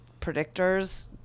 predictors